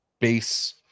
base